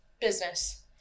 business